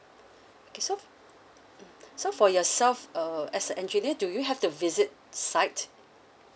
okay so mm so for yourself uh as a engineer do you have to visit site